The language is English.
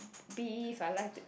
beef I like to eat